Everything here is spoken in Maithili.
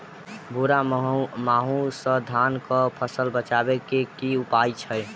भूरा माहू सँ धान कऽ फसल बचाबै कऽ की उपाय छै?